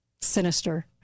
sinister